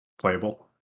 playable